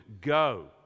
go